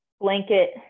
blanket